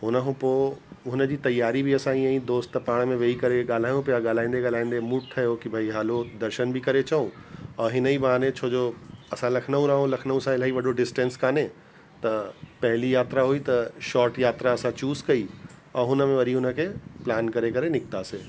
हुन खां पोइ हुन जी तयारी बि असां हीअं ई दोस्त सभ पाण में वेही करे ॻाल्हायूं पिया ॻाल्हाईंदे ॻाल्हाईंदे मूड ठहियो की भई हलो दर्शन बि करे अचूं औरि हिनई बहाने छोजो असां लखनऊ रहूं लखनऊ सां इलाही वॾो डिस्टेंस कोन्हे त पहली यात्रा हुई त शॉट यात्रा असां चूस कई औरि हुन में वरी हुन खे प्लैन करे करे निकितासीं